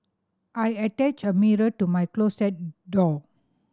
I attached a mirror to my closet door